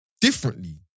differently